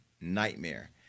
nightmare